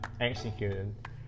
executed